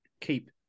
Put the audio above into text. keep